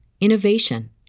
innovation